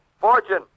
Fortune